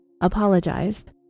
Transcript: apologized